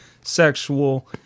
sexual